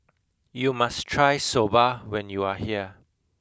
you must try Soba when you are here